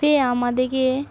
সে আমাদেরকে